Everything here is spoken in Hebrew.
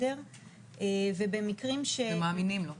ומאמינים לו.